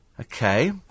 Okay